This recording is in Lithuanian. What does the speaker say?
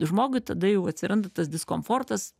žmogui tada jau atsiranda tas diskomfortas